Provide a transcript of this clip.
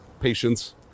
patience